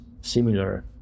similar